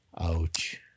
Ouch